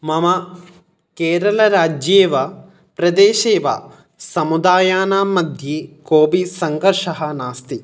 मम केरलराज्ये वा प्रदेशे वा समुदायानां मद्ये कोऽबि सङ्कर्षः नास्ति